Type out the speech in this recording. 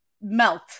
melt